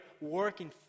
working